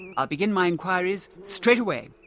i'll begin my inquiries straight away.